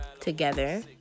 together